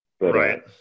Right